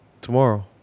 Tomorrow